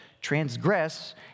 transgress